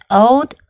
old